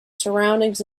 surroundings